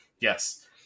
Yes